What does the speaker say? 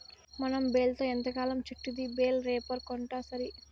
మనం బేల్తో ఎంతకాలం చుట్టిద్ది బేలే రేపర్ కొంటాసరి